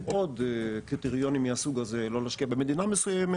עוד קריטריונים מהסוג הזה לא להשקיע במדינה מסוימת,